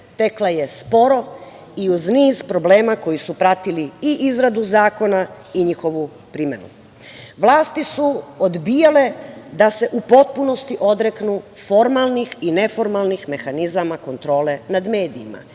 tekla je sporo i uz niz problema koji su pratili i izradu zakona i njihovu primenu. Vlasti su odbijale da se u potpunosti odreknu formalnih i neformalnih mehanizama kontrole nad medijima.